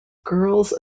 girls